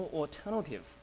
alternative